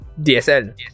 DSL